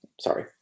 sorry